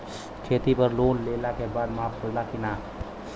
खेती पर लोन लेला के बाद माफ़ होला की ना?